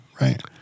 right